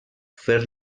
fer